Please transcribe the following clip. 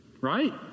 right